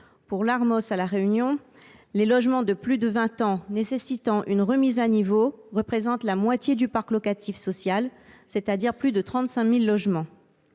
sociaux (Armos) à La Réunion, les logements de plus de 20 ans nécessitant une remise à niveau représentent la moitié du parc locatif social, soit plus de 35 000 logements.